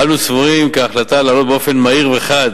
אנו סבורים כי ההחלטה להעלות באופן מהיר וחד